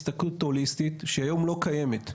הסתכלות הוליסטית שהיום לא קיימת,